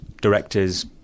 directors